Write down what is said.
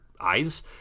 eyes